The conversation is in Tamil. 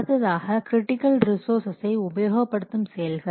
அடுத்ததாக கிரிட்டிக்கல் ரிசோர்ஸை உபயோகப்படுத்தும் செயல்கள்